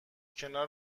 کنار